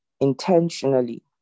intentionally